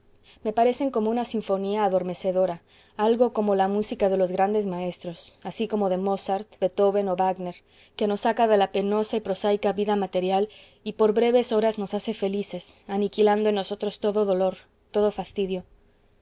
me parecen como una sinfonía adormecedora algo como la música de los grandes maestros así como de mozart beethoven o wagner que nos saca de la penosa y prosaica vida material y por breves horas nos hace felices aniquilando en nosotros todo dolor todo fastidio